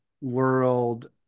world